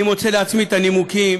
אני מוצא לעצמי את הנימוקים